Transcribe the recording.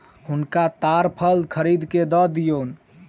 हुनका ताड़ फल खरीद के दअ दियौन